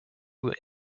were